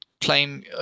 claim